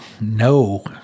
no